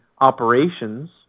operations